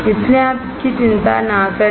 इसलिए आप इसकी चिंता न करें